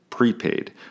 Prepaid